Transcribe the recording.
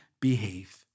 behave